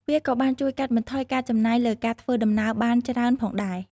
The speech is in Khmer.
វាក៏បានជួយកាត់បន្ថយការចំណាយលើការធ្វើដំណើរបានច្រើនផងដែរ ។